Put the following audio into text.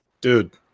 dude